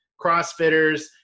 crossfitters